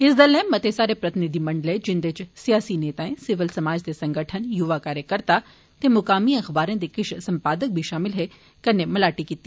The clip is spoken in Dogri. इस दल नै मते सारे प्रतिनिधिमंडलें जिंदे इच सियासी नेताएं सिविल समाज दे संगठनें युवा कार्यकर्ताएं ते मुकामी अखबारें दे किष संपादकें कन्नै बी मलाटी कीती